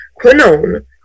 quinone